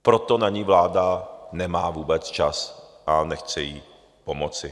Proto na ni vláda nemá vůbec čas a nechce jí pomoci.